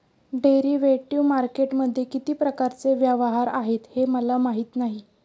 derivative मार्केटमध्ये किती प्रकारचे व्यवहार आहेत हे मला माहीत नाही